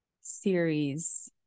series